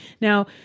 Now